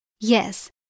Yes